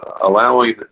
allowing